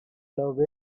love